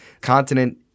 continent